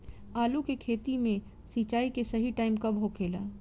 आलू के खेती मे सिंचाई के सही टाइम कब होखे ला?